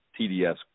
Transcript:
TDS